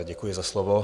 Děkuji za slovo.